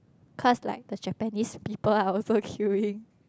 cause like the Japanese people are also queuing